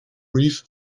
reef